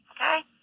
Okay